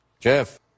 Jeff